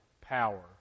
power